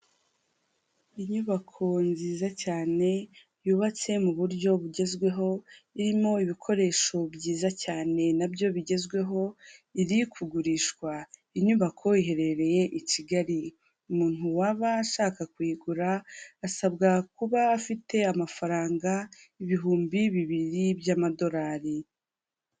Inyubako nziza cyane yubatse mu buryo bugezweho, irimo ibikoresho byiza cyane nabyo bigezweho, iri kugurishwa. Inyubako iherereye i kigali, umuntu waba ashaka kuyigura asabwa kuba afite amafaranga ibihumbi bibiri by'amadorari.